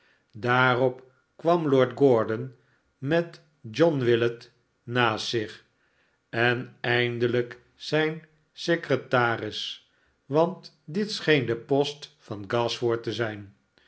daarop kwam lord gordon met john willet naast zich en eindelijk zijn secretaris want dit scheen de post van gashford te zijn